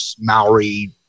Maori